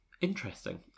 Interesting